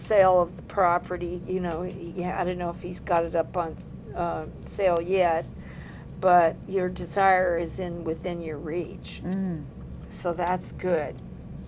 sale of the property you know he i don't know if he's got it up on sale yet but your desire is in within your reach so that's good